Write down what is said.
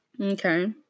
Okay